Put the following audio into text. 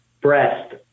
breast